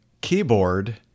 keyboard